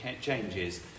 changes